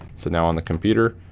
so now, on the computer,